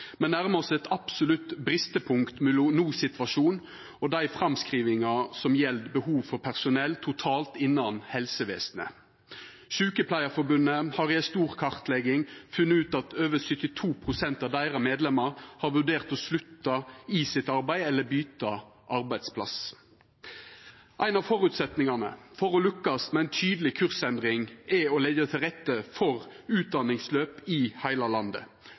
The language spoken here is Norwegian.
Me nærmar oss eit absolutt kritisk punkt mellom nosituasjonen og dei framskrivingane som gjeld behov for personell totalt innan helsevesenet. Sykepleierforbundet har i ei stor kartlegging funne ut at over 72 pst. av medlemene deira har vurdert å slutta i arbeidet sitt eller byta arbeidsplass. Ein av føresetnadene for å lukkast med ei tydeleg kursendring er å leggja til rette for utdanningsløp i heile landet.